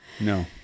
No